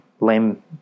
lame